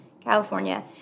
California